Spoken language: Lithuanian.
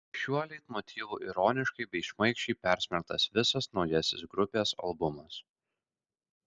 šiuo leitmotyvu ironiškai bei šmaikščiai persmelktas visas naujasis grupės albumas